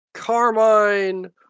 carmine